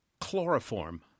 chloroform